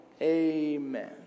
Amen